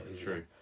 True